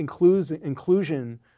inclusion